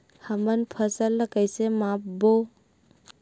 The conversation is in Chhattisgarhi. हमन फसल ला कइसे माप बो?